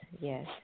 yes